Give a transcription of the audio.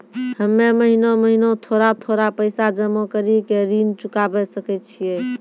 हम्मे महीना महीना थोड़ा थोड़ा पैसा जमा कड़ी के ऋण चुकाबै सकय छियै?